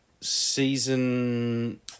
season